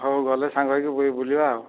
ହଉ ଗଲେ ସାଙ୍ଗ ହୋଇକି ବୁଲିବା ଆଉ